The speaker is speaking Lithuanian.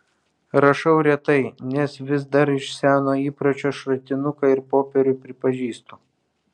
rašau retai nes vis dar iš seno įpročio šratinuką ir popierių pripažįstu